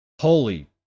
Holy